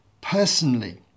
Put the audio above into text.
personally